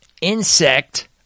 Insect